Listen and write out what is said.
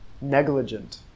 negligent